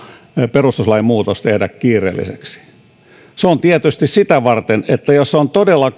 perustuslain muutos tehdä kiireellisesti se on tietysti sitä varten että jos todella